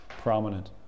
prominent